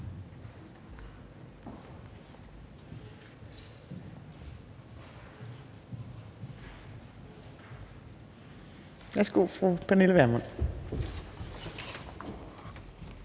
Værsgo, fru Pernille Vermund.